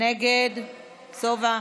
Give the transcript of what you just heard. נגד; סובה?